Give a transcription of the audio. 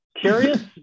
Curious